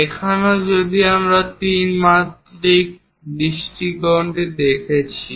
এখানে যদি আমরা সেই 3 মাত্রিক দৃষ্টিকোণটি দেখছি